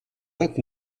vingt